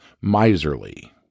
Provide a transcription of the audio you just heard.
miserly